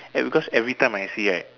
eh because every time I see right